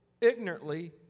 ignorantly